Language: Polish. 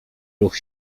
ruch